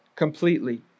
Completely